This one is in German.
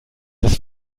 das